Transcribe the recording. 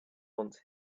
want